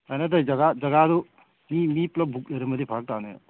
ꯀꯥꯟꯅꯗꯦ ꯖꯒꯥ ꯖꯒꯥꯗꯨ ꯃꯤ ꯃꯤ ꯄꯨꯂꯞ ꯕꯨꯛ ꯂꯩꯔꯝꯃꯗꯤ ꯐꯔꯛꯇꯥꯒꯅꯦ